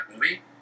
movie